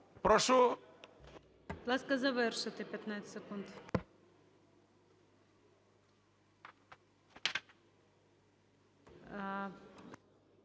Прошу…